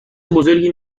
بزرگی